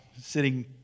sitting